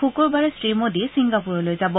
শুকুৰবাৰে শ্ৰীমোদী চিংগাপুৰলৈ যাব